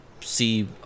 see